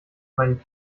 meinen